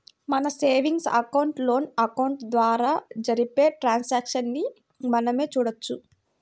మన savings account, loan అకౌంట్ల ద్వారా జరిపే ట్రాన్సాక్షన్స్ ని మనమే చూడొచ్చు